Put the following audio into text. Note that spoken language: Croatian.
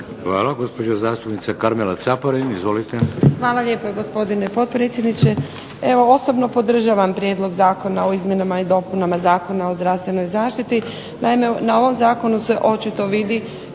Hvala gospođo zastupnice. Karmela Caparin. Izvolite. **Caparin, Karmela (HDZ)** Hvala lijepa gospodine potpredsjedniče. Evo osobno podržavam Prijedlog zakona o izmjenama i dopunama Zakona o zdravstvenoj zaštiti. Naime, na ovom zakonu se očito vidi